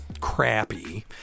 crappy